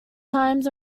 times